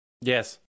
yes